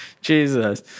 Jesus